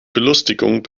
belustigung